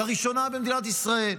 לראשונה במדינת ישראל.